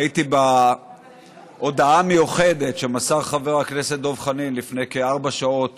הייתי כשמסר חבר הכנסת דב חנין הודעה המיוחדת לפני כארבע שעות